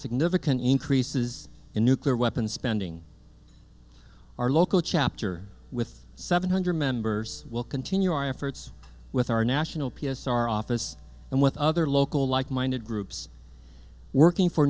significant increases in nuclear weapons spending our local chapter with seven hundred members we'll continue our efforts with our national p s r office and with other local like minded groups working for